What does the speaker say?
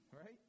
right